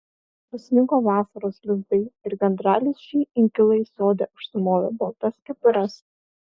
prisnigo vasaros lizdai ir gandralizdžiai inkilai sode užsimovė baltas kepures